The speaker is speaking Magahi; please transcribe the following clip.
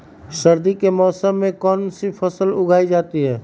सर्दी के मौसम में कौन सी फसल उगाई जाती है?